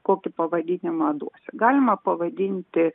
kokį pavadinimą duosi galima pavadinti